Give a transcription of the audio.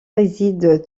résident